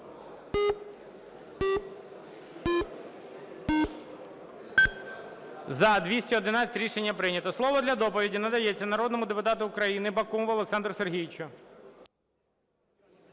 За-211 Рішення прийнято. Слово для доповіді надається народному депутату України Бакумову Олександру Сергійовичу.